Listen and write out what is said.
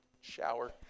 shower